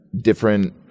different